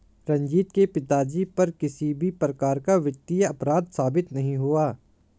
रंजीत के पिताजी पर किसी भी प्रकार का वित्तीय अपराध साबित नहीं हुआ